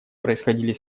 происходили